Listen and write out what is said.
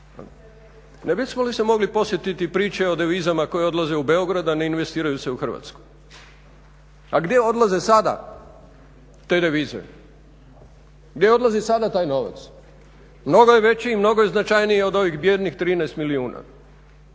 ne bismo li se mogli podsjetiti priče o devizama koje odlaze u Beograd a ne investiraju se u Hrvatsku. A gdje odlaze sada te revizije, gdje odlazi sada taj novac. Mnogo je veći i mnogo je značajniji od ovih bijednih 13 milijuna